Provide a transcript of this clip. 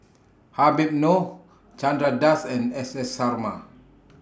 Habib Noh Chandra Das and S S Sarma